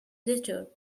letter